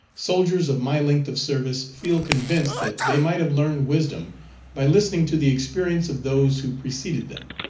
soldiers of my length of service feel convinced that they might have learned wisdom by listening to the experience of those who preceded them.